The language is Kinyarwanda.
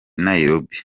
nairobi